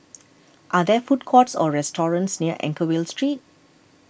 are there food courts or restaurants near Anchorvale Street